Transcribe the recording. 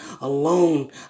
alone